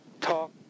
talk